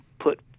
put